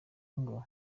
ngo